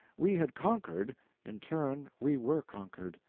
we had conquered in turn we were conquered.